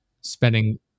spending